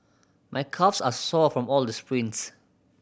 my calves are sore from all the sprints